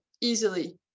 easily